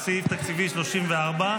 -- על סעיף תקציבי 34,